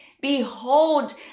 behold